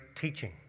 teaching